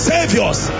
Saviors